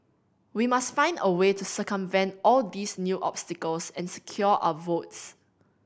we must find a way to circumvent all these new obstacles and secure our votes